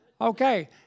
okay